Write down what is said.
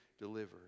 delivered